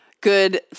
Good